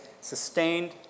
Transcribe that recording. sustained